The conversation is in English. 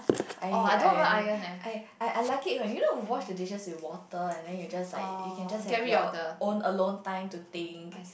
I hate ironing I I I like it when you know you wash the dishes with water and then you just like you can just have your own alone time to think